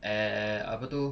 eh apa tu